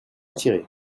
tirée